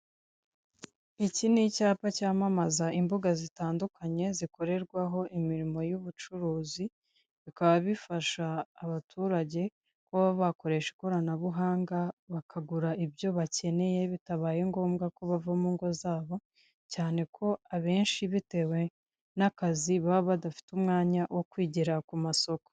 Iki ni icyapa cyamamaza imbuga zitandukanye zikorerwaho imirimo y'ubucuruzi, bikaba bifasha abaturage kuba bakoresha ikoranabuhanga bakagura ibyo bakeneye bitabaye ngombwa ko bava mu ngo zabo, cyane ko abenshi bitewe n'akazi baba badafite umwanya wo kwigira ku masoko.